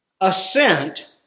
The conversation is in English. assent